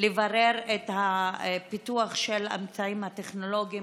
לברר את הפיתוח של האמצעים הטכנולוגיים.